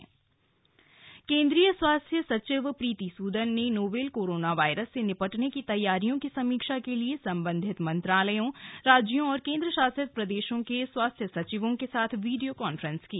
corona virus केंद्रीय स्वास्थ्य सचिव प्रीति सूदन ने नोवेल कोरोना वायरस से निपटने की तैयारियों की समीक्षा के लिए संबंधित मंत्रालयों राज्यों और केंद्रशासित प्रदेशों के स्वास्थ्य सचिवों के साथ वीडियो कॉफ्रेंस की